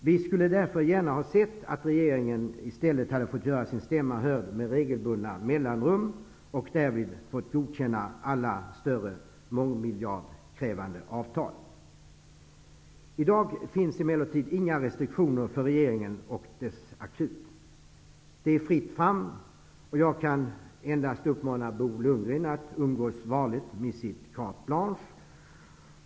Vi skulle därför gärna ha sett att riksdagen i stället hade fått göra sin stämma hörd med regelbundna mellanrum och därvid fått godkänna alla större, mångmiljardkrävande, avtal. I dag finns emellertid inga restriktioner för regeringen och dess akut. Det är fritt fram, och jag kan endast uppmana Bo Lundgren att umgås varligt med sitt carte blanche.